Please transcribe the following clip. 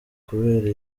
kubera